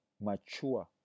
mature